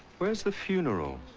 where's the funeral?